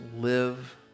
live